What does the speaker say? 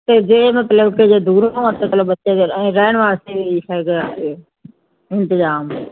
ਅਤੇ ਜੇ ਮਤਲਬ ਕਿ ਜੇ ਦੂਰੋਂ ਮਤਲਬ ਬੱਚੇ ਦੇ ਰਹਿਣ ਵਾਸਤੇ ਵੀ ਹੈਗਾ ਇੱਥੇ ਇੰਤਜ਼ਾਮ